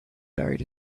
buried